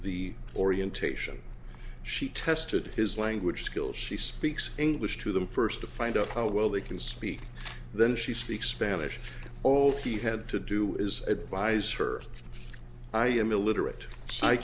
the orientation she tested his language skills she speaks english to them first to find out how well they can speak then she speaks spanish all he had to do is advise her i am illiterate s